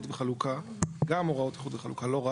לא,